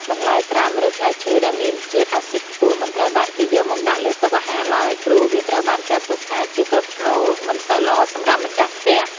បន្លែត្រាំ ឬផ្លែឈើដែលមានជាតិអាស៊ីតខ្ពស់មិនត្រូវបានគេយកមកដាក់លើតុអាហារឡើយ ព្រោះ វាត្រូវបានចាត់ទុកថាជាប្រផ្នូលមិនសូវល្អសម្រាប់ម្ចាស់ផ្ទះ។